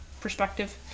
perspective